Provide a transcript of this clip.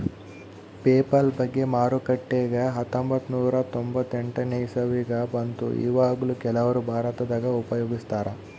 PayPal ಬಗ್ಗೆ ಮಾರುಕಟ್ಟೆಗ ಹತ್ತೊಂಭತ್ತು ನೂರ ತೊಂಬತ್ತೆಂಟನೇ ಇಸವಿಗ ಬಂತು ಈವಗ್ಲೂ ಕೆಲವರು ಭಾರತದಗ ಉಪಯೋಗಿಸ್ತರಾ